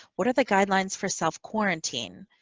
what are the guidelines for self-quarantine?